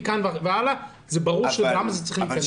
מכאן והלאה זה ברור שהוא צריך להיכנס לבידוד.